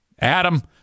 Adam